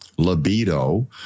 libido